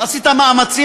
ועשית מאמצים,